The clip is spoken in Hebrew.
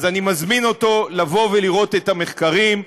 אני מזמין אותו לבוא ולראות את המחקרים.